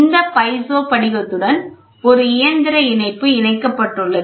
இந்த பைசோ படிகத்துடன் ஒரு இயந்திர இணைப்பு இணைக்கப்பட்டுள்ளது